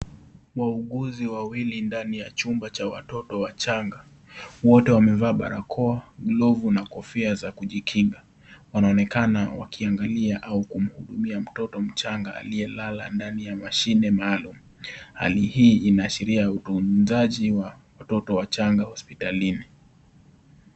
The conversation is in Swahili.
Wauguzi wawili ndani ya chumba cha watoto wachanga wote wamevaa barakoa glovu na kofia za kujikinga wanaonekana wakiangalia au kuhudumia mtoto mchanga aliyelala ndani ya mashine maalum, hali hii inaashiria utunzaji wa watoto wachanga hospitalini.